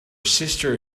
sister